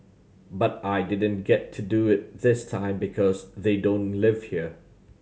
but I didn't get to do it this time because they don't live here